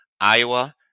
Iowa